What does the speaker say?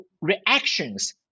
reactions